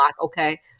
okay